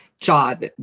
job